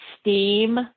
steam